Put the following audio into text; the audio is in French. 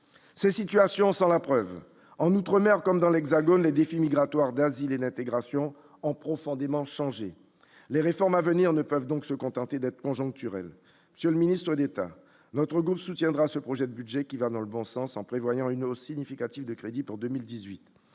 ces situations sont la preuve en Outre-Mer mer comme dans l'Hexagone, les défis migratoires d'asile et d'intégration ont profondément changé les réformes à venir ne peuvent donc se contenter d'être conjoncturel, monsieur le ministre d'État, notre groupe soutiendra ce projet de budget qui va dans le bon sens en prévoyant une eau significatif de crédits pour 2018,